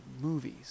movies